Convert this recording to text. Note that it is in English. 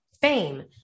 fame